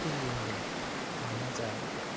ᱠᱷᱟᱹᱛᱤᱨ ᱜᱮ ᱤᱧ ᱫᱚ ᱱᱟᱢᱟᱡᱽ ᱟᱨ